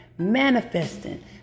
manifesting